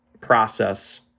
process